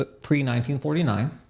pre-1949